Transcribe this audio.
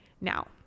now